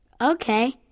Okay